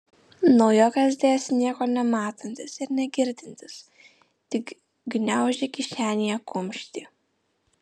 naujokas dėjosi nieko nematantis ir negirdintis tik gniaužė kišenėje kumštį